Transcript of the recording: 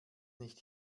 nicht